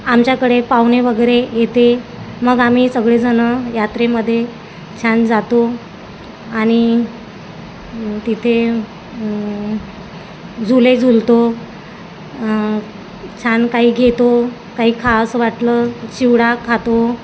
आमच्याकडे पाहुणे वगैरे येते मग आम्ही सगळेजण यात्रेमध्ये छान जातो आणि तिथे झुले झुलतो छान काही घेतो काही खास वाटलं चिवडा खातो